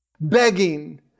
begging